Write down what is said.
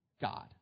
God